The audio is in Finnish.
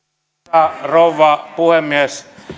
arvoisa rouva puhemies